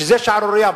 שזה שערורייה.